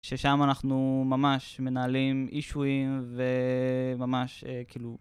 ששם אנחנו ממש מנהלים אישויים וממש כאילו...